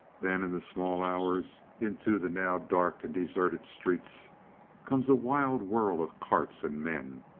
then in the small hours, into the now dark and deserted streets comes a wild whirl of carts and men,